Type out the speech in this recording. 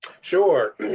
Sure